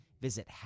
Visit